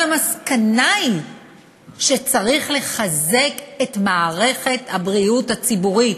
אבל המסקנה היא שצריך לחזק את מערכת הבריאות הציבורית.